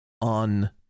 on